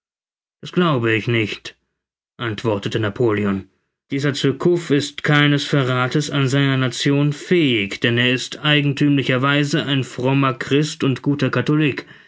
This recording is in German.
das glaube ich nicht antwortete napoleon dieser surcouf ist keines verrathes an seiner nation fähig denn er ist eigenthümlicher weise ein frommer christ und guter katholik